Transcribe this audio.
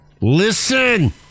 Listen